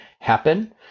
happen